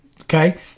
Okay